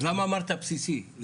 אז למה אמרת בסיסי?